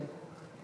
כולם נרשמו,